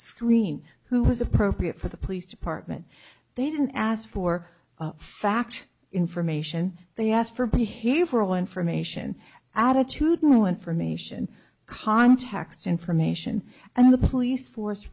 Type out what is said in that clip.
screen who was appropriate for the police department they didn't ask for fact information they asked for behavioral information attitudinal information contacts information and the police force